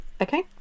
Okay